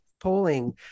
polling